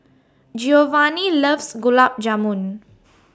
Geovanni loves Gulab Jamun